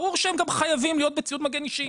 ברור שהם גם חייבים להיות בציוד מגן אישי,